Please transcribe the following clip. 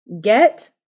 get